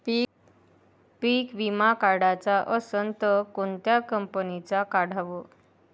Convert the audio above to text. पीक विमा काढाचा असन त कोनत्या कंपनीचा काढाव?